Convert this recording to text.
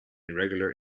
irregular